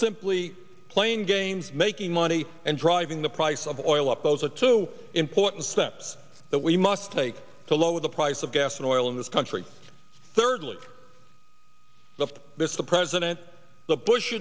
simply playing games making money and driving the price of oil up those are two important steps that we must take to lower the price of gas and oil in this country thirdly of this the president